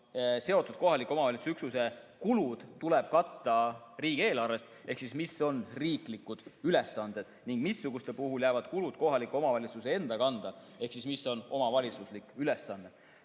seotud kohaliku omavalitsuse üksuse kulud tuleb katta riigieelarvest ehk mis on riiklikud ülesanded ning missuguste puhul jäävad kulud kohaliku omavalitsuse enda kanda ehk mis on omavalitsuslikud ülesanded.